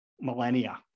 millennia